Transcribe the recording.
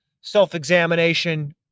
self-examination